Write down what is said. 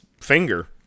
finger